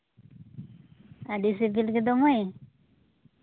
ᱟᱹᱰᱤ ᱥᱤᱵᱤᱞ ᱜᱮᱫᱚ ᱢᱟᱹᱭ